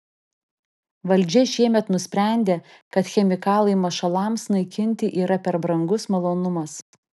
valdžia šiemet nusprendė kad chemikalai mašalams naikinti yra per brangus malonumas